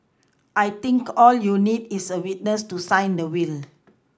I think all you need is a witness to sign the will